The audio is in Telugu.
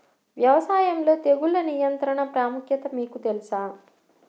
వ్యవసాయంలో తెగుళ్ల నియంత్రణ ప్రాముఖ్యత మీకు తెలుసా?